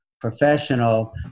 professional